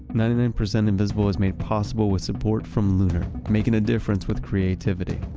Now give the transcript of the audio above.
ninety nine percent invisible was made possible with support from lunar, making a difference with creativity.